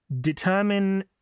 determine